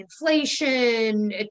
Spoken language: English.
inflation